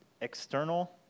external